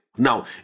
Now